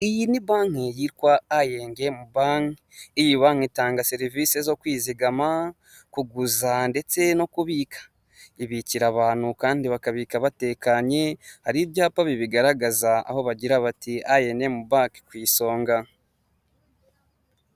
Iyi ni banki yitwa iyenm banki. Iyi banki itanga serivisi zo kwizigama, kuguza ndetse no kubika. Ibikira abantu kandi bakabika batekanye, hari ibyapa bibigaragaza aho bagira bati iyenm banki ku isonga.